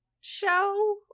show